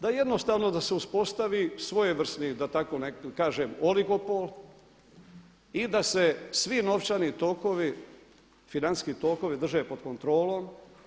Da jednostavno da se uspostavi svojevrsni da tako kažem oligopol i da se svi novčani tokovi, financijski tokovi drže pod kontrolom.